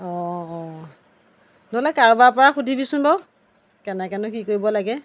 অঁ অঁ নহ'লে কাৰোবাৰ পৰা সুধিবিচোন বাৰু কেনেকেনো কি কৰিব লাগে